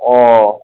অঁ